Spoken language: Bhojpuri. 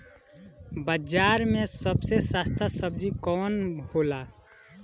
बाजार मे सबसे सस्ता सबजी कौन होला?